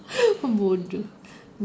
bodoh